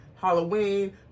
Halloween